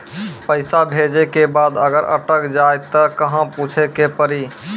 पैसा भेजै के बाद अगर अटक जाए ता कहां पूछे के पड़ी?